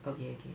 okay okay